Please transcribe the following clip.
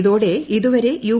ഇതോടെ ഇതുവരെ യു